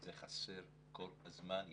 זה כל הזמן חסר.